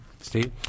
Steve